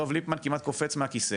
דב ליפמן כמעט קופץ מהכיסא.